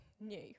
new